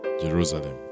Jerusalem